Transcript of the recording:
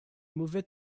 mauvais